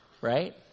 Right